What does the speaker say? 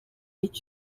est